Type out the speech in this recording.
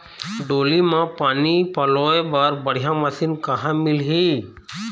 डोली म पानी पलोए बर बढ़िया मशीन कहां मिलही?